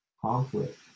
conflict